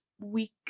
week